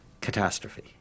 catastrophe